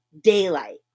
daylight